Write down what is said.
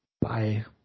Bye